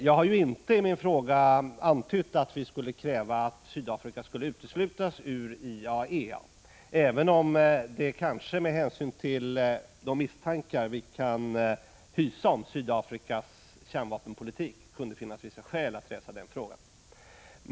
Jag har ju inte i frågan antytt att vi skulle kräva att Sydafrika skall uteslutas ur IAEA, även om det kanske med hänsyn till de misstankar som vi kan hysa om Sydafrikas kärnvapenpolitik kunde finnas vissa skäl att resa den frågan.